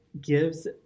gives